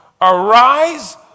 arise